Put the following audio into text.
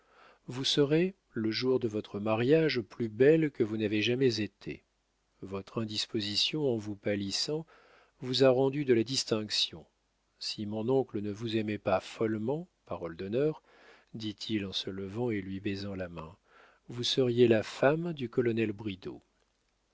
vous serez le jour de votre mariage plus belle que vous n'avez jamais été votre indisposition en vous pâlissant vous a rendu de la distinction si mon oncle ne vous aimait pas follement parole d'honneur dit-il en se levant et lui baisant la main vous seriez la femme du colonel